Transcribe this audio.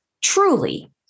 truly